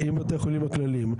עם החולים הכלליים.